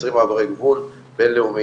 עשרים מעברי גבול בינלאומיים,